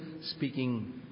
speaking